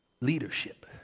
Leadership